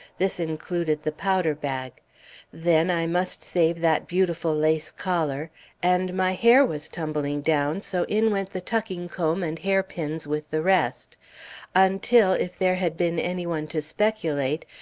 this included the powder-bag then i must save that beautiful lace collar and my hair was tumbling down, so in went the tucking-comb and hair-pins with the rest until, if there had been any one to speculate,